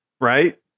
right